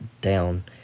down